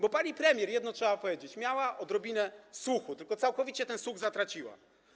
Bo pani premier, jedno trzeba powiedzieć, miała odrobinę słuchu, tylko całkowicie ten słuch zatraciła.